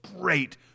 great